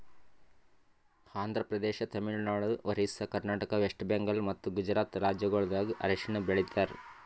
ಆಂಧ್ರ ಪ್ರದೇಶ, ತಮಿಳುನಾಡು, ಒರಿಸ್ಸಾ, ಕರ್ನಾಟಕ, ವೆಸ್ಟ್ ಬೆಂಗಾಲ್ ಮತ್ತ ಗುಜರಾತ್ ರಾಜ್ಯಗೊಳ್ದಾಗ್ ಅರಿಶಿನ ಬೆಳಿತಾರ್